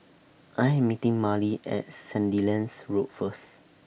I Am meeting Marley At Sandilands Road First